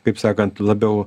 kaip sakant labiau